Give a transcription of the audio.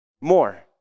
More